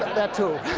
that, too.